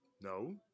No